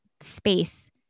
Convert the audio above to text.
space